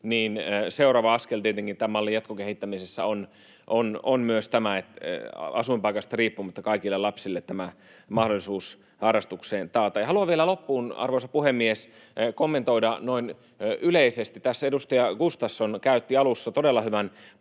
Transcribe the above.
niin seuraava askel tämän mallin jatkokehittämisessä on taata kaikille lapsille tämä mahdollisuus harrastukseen asuinpaikasta riippumatta. Haluan vielä loppuun, arvoisa puhemies, kommentoida noin yleisesti. Tässä edustaja Gustafsson käytti alussa todella hyvän puheenvuoron